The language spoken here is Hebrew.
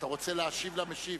אתה רוצה להשיב למשיב.